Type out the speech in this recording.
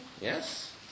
Yes